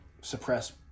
suppress